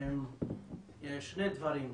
שני דברים: